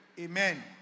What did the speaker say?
Amen